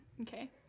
Okay